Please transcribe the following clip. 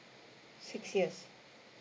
six years